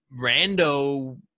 rando